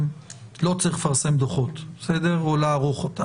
שלא צריך לפרסם דוחות או לערוך אותם.